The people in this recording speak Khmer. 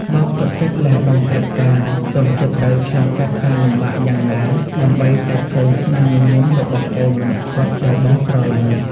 បងសុខចិត្តលះបង់គ្រប់យ៉ាង ទោះជាត្រូវឆ្លងកាត់ការលំបាកយ៉ាងណា ដើម្បីតែឃើញស្នាមញញឹមរបស់អូនម្នាក់គត់ដែលបងស្រឡាញ់។